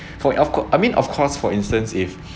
for of co~ I mean of course for instance if